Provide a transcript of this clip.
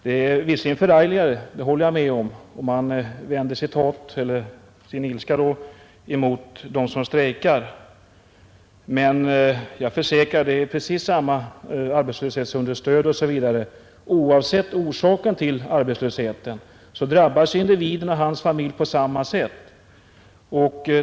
Visserligen är det förargligare — det håller jag med om — och man vänder sitt hat eller sin ilska mot dem som strejkar. Men jag försäkrar att det är precis samma arbetslöshetsunderstöd osv. Oavsett orsaken till arbetslösheten drabbas individen och hans familj på samma sätt.